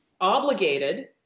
obligated